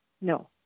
No